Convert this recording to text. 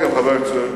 חבר הכנסת אורבך.